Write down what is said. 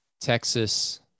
Texas